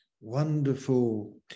wonderful